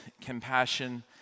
compassion